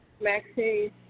Maxine